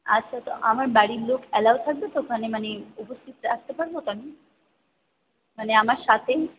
আচ্ছা তো আমার বাড়ির লোক অ্যালাও থাকবে তো ওখানে মানে উপস্থিত রাখতে পারব তো আমি মানে আমার সাথেই